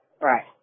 right